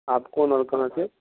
آپ کون اور کہاں سے